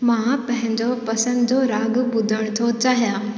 मां पंहिंजो पसंदि जो राॻ ॿुधण थो चाहियां